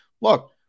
Look